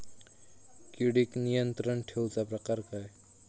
किडिक नियंत्रण ठेवुचा प्रकार काय?